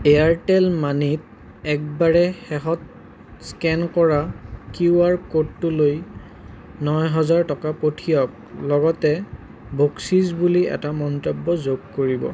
Airtel মানিত একবাৰে শেষত স্কেন কৰা কিউ আৰ ক'ডটোলৈ ন হেজাৰ টকা পঠিয়াওক লগতে বকচিচ বুলি এটা মন্তব্য যোগ কৰিব